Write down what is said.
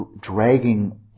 dragging